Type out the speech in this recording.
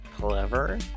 clever